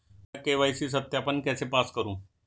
मैं के.वाई.सी सत्यापन कैसे पास करूँ?